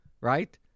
right